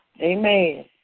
Amen